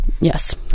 Yes